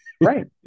Right